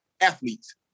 athletes